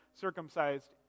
circumcised